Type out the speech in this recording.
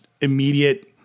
immediate